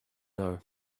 know